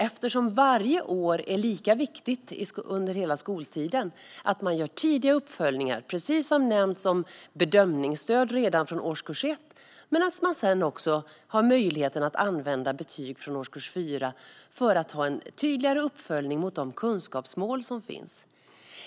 Eftersom varje år är lika viktigt under hela skoltiden är min förhoppning att man ska göra tidiga uppföljningar. Bedömningsstöd redan från årskurs 1 har nämnts. Men man ska också ha möjlighet att använda betyg från årskurs 4 för tydligare uppföljning mot de kunskapsmål som finns.